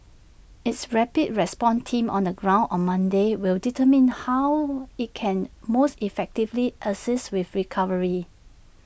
its rapid response team on the ground on Monday will determine how IT can most effectively assist with recovery